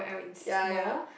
ya ya ya